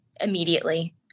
immediately